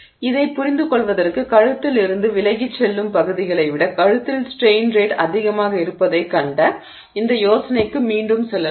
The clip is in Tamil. எனவே இதைப் புரிந்துகொள்வதற்கு கழுத்தில் இருந்து விலகிச் செல்லும் பகுதிகளை விட கழுத்தில் ஸ்ட்ரெய்ன் ரேட் அதிகமாக இருப்பதைக் கண்ட இந்த யோசனைக்கு மீண்டும் செல்லலாம்